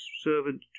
servant